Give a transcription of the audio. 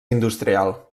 industrial